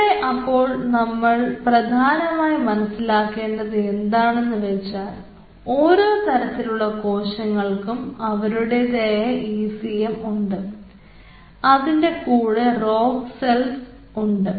ഇവിടെ അപ്പോൾ നമ്മൾ പ്രധാനമായി മനസ്സിലാക്കേണ്ടത് എന്താണെന്ന് വെച്ചാൽ ഓരോ തരത്തിലുള്ള കോശങ്ങൾക്കും അവരുടേതായ ഈ സി എം ഉണ്ട് അതിൻറെ കൂടെ റോഗ് സെൽസ് കൂടി ഉണ്ട്